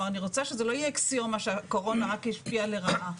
אני רוצה שזה לא יהיה אקסיומה שהקורונה רק השפיעה לרעה.